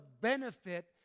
benefit